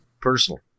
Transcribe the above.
personally